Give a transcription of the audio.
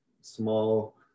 small